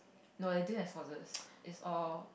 no it didn't have sauces is all